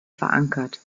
verankert